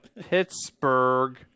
Pittsburgh